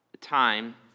time